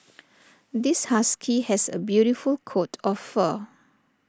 this husky has A beautiful coat of fur